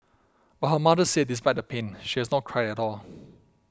but her mother said despite the pain she has not cried at all